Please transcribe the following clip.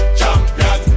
champion